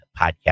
Podcast